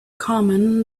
common